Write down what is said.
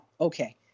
okay